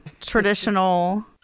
traditional